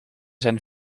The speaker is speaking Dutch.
zijn